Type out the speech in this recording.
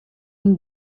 une